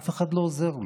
אף אחד לא עוזר לו.